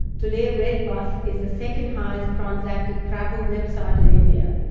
today, ah redbus is the second-highest-transacted travel website in india,